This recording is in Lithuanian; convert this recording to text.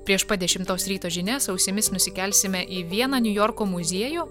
prieš pat dešimtos ryto žinias ausimis nusikelsime į vieną niujorko muziejų